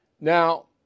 Now